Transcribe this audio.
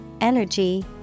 energy